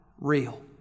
real